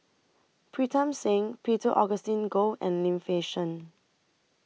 Pritam Singh Peter Augustine Goh and Lim Fei Shen